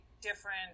different